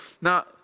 Now